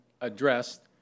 addressed